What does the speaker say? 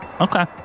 okay